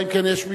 אלא אם כן יש,